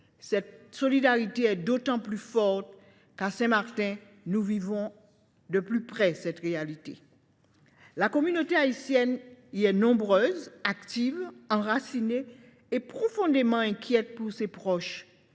Cette solidarité est d’autant plus forte que, à Saint Martin, nous vivons cette réalité au plus près. La communauté haïtienne y est nombreuse, active, enracinée et profondément inquiète pour ses proches.